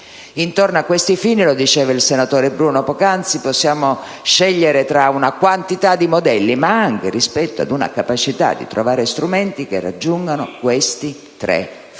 Intorno ad essi - lo diceva il senatore Bruno poc'anzi - possiamo scegliere tra una quantità di modelli, ma anche rispetto ad una capacità di trovare strumenti che raggiungano questi tre fini,